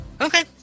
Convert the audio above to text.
Okay